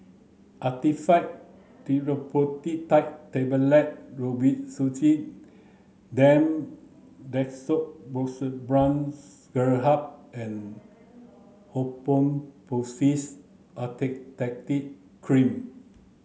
Actifed Triprolidine Tablets Robitussin DM Dextromethorphan Syrup and Hydrocortisone Acetate Cream